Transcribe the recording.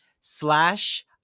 slash